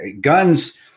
guns